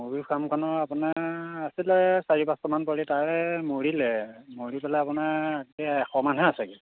মুৰ্গী ফাৰ্মখনো আপোনাৰ আছিলে চাৰি পাঁচটামান পোৱালি তাৰে মৰিলে মৰি পেলাই আপোনাৰ এশ মানহে আছেগৈ